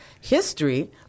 history